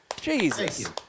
Jesus